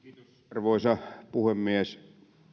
arvoisa puhemies